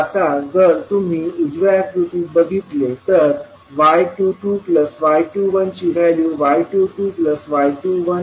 आता जर तुम्ही उजव्या आकृतीत बघितले तर y22y21ची व्हॅल्यू y22y210